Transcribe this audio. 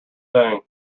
thing